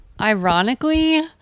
Ironically